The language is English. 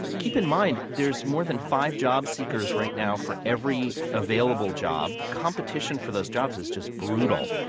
keep in mind there's more than five job seekers right now for every available job. competition for those jobs is just brutal.